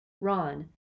Ron